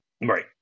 Right